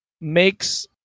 makes